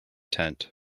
tent